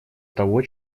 того